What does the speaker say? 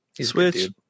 Switch